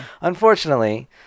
Unfortunately